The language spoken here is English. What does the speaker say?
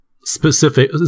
specific